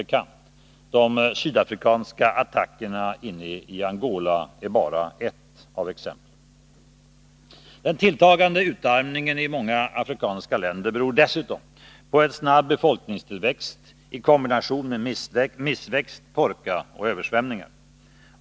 De sydafrikanska attackerna ini Angola är bara ett exempel. Den tilltagande utarmningen i många afrikanska länder beror dessutom på en snabb befolkningstillväxt i kombination med missväxt, torka och översvämningar.